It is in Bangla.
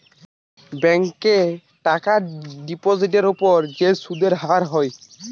ব্যাংকে টাকার ডিপোজিটের উপর যে সুদের হার হয়